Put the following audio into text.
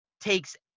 takes